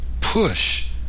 push